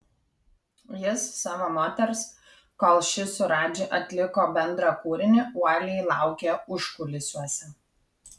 jis savo moters kol ši su radži atliko bendrą kūrinį uoliai laukė užkulisiuose